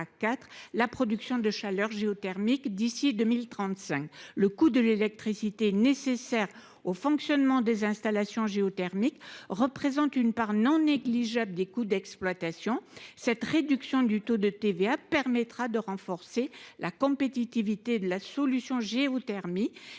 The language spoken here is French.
la production de chaleur géothermique d’ici à 2035. Le coût de l’électricité nécessaire au fonctionnement des installations géothermiques représente une part non négligeable de leurs coûts d’exploitation. Des taux réduits de TVA permettraient de renforcer la compétitivité de la géothermie